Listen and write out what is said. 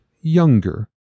younger